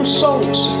songs